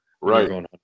Right